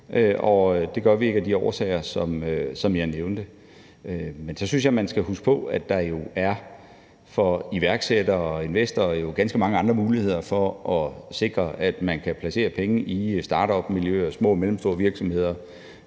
det gør vi ikke af de årsager, som jeg nævnte. Men så synes jeg, man skal huske på, at der for iværksættere og investorer jo er ganske mange andre muligheder for at sikre, at man kan placere penge i startupmiljøer og små og mellemstore virksomheder,